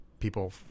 people